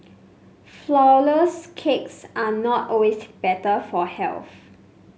flour less cakes are not always better for health